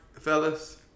Fellas